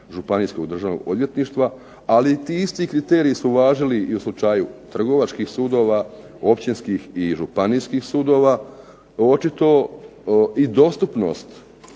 županijskog državnog odvjetništva, ali ti isti kriteriji su važili i u slučaju trgovačkih sudova, općinskih i županijskih sudova. Očito i dostupnost